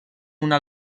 una